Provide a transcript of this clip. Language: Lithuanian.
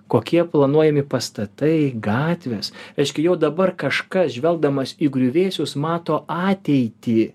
kokie planuojami pastatai gatvės reiškia jau dabar kažkas žvelgdamas į griuvėsius mato ateitį